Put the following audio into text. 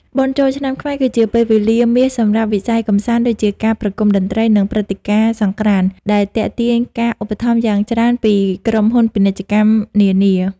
បុណ្យចូលឆ្នាំខ្មែរគឺជាពេលវេលាមាសសម្រាប់វិស័យកម្សាន្ត ដូចជាការប្រគំតន្ត្រី និងព្រឹត្តិការណ៍សង្ក្រាន្ត ដែលទាក់ទាញការឧបត្ថម្ភយ៉ាងច្រើនពីក្រុមហ៊ុនពាណិជ្ជកម្មនានា។